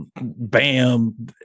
Bam